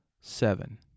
seven